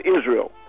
Israel